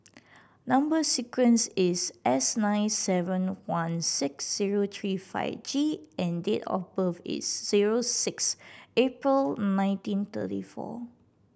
number sequence is S nine seven one six zero three five G and date of birth is zero six April nineteen thirty four